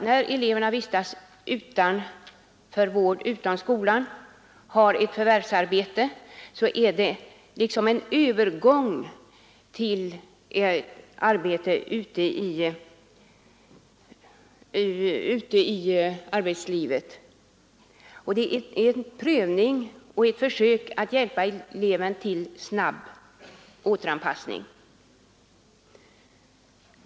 När eleverna som vistas för vård utom skola har ett förvärvsarbete så är det liksom en övergång till det vanliga arbetslivet. Det är en träning och ett försök att hjälpa eleven till snabb återanpassning.